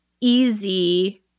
easy